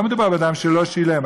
לא מדובר באדם שלא שילם.